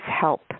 help